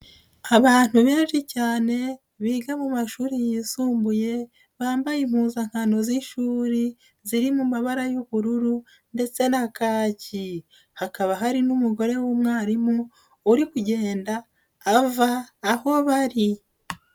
Abantu benshi cyane biga mu mashuri yisumbuye bambaye impuzankano z'ishuri ziri mu mabara y'ubururu ndetse na kaki, hakaba hari n'umugore w'umwarimu uri kugenda ava aho bari.